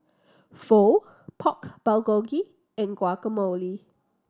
Pho Pork Bulgogi and Guacamole